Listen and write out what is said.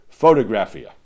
photographia